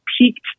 peaked